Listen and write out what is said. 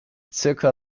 zirka